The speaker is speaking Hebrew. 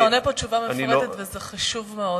אתה עונה פה תשובה מפורטת וזה חשוב מאוד,